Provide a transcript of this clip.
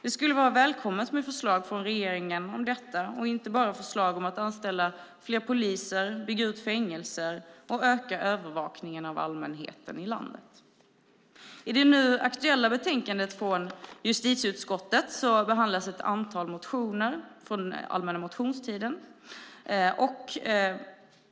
Det skulle vara välkommet med förslag från regeringen om detta - inte bara förslag om att anställa fler poliser, bygga ut fängelser och öka övervakningen av allmänheten i landet. I det nu aktuella betänkandet från justitieutskottet behandlas ett antal motioner från allmänna motionstiden.